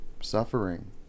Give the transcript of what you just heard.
suffering